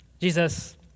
Jesus